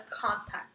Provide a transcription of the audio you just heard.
contact